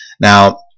Now